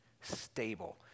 stable